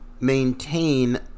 maintain